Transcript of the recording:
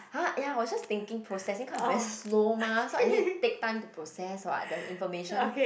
!huh! ya I was just thinking processing kind of very slow mah so I need to take time to process what the information